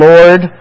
Lord